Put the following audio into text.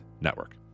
network